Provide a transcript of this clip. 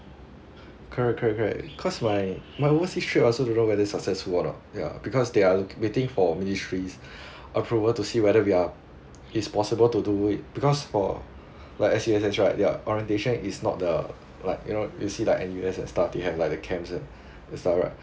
correct correct correct because my my overseas trip I also don't know whether successful or not yeah because they are waiting for ministries approval to see whether we are is possible to do it because for like N_C_S_S right their orientation is not the like you know you see like N_U_S and stuff they have like the camps and stuff right